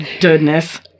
Goodness